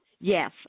Yes